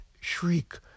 shriek